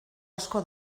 asko